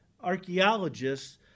archaeologists